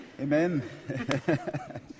Amen